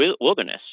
wilderness